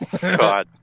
God